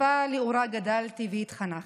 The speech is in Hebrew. השפה שלאורה גדלתי והתחנכתי,